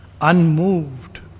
unmoved